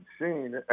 seen